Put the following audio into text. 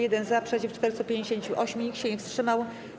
1 - za, przeciw - 458, nikt się nie wstrzymał.